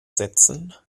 setzen